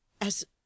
As